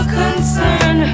concern